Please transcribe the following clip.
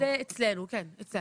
זה אצלנו, כן, אצלנו.